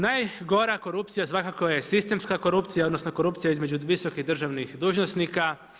Najgora korupcija je svakako sistemska korupcija, odnosno, korupcija između visokih državnih dužnosnika.